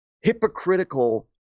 hypocritical